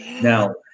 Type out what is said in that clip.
Now